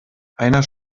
einer